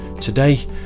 today